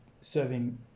serving